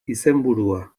izenburua